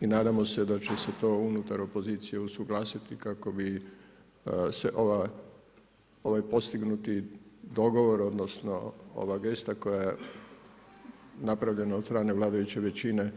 I nadamo se da će se to unutar opozicije usuglasiti, kako bi se ovaj postignuti dogovor, odnosno, ova gesta koja je napravljena od strane vladajuće većine